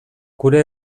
gure